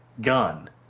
gun